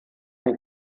den